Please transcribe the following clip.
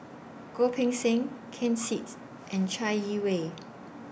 Goh Poh Seng Ken Seet's and Chai Yee Wei